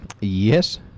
Yes